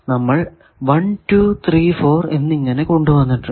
നമ്മൾ 1 2 3 4 എന്നിങ്ങനെ കൊണ്ടുവന്നിട്ടുണ്ട്